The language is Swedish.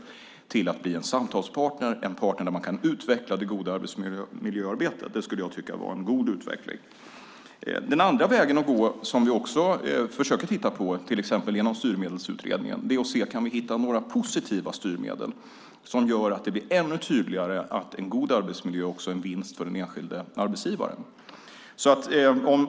Men de skulle kunna bli en samtalspartner, en partner som man kan utveckla det goda arbetsmiljöarbetet med. Det tycker jag skulle vara en god utveckling. Den andra vägen att gå, som vi också försöker titta på, till exempel genom Styrmedelsutredningen, är att se om vi kan hitta några positiva styrmedel som gör att det blir ännu tydligare att en god arbetsmiljö också är en vinst för den enskilde arbetsgivaren.